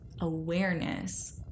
awareness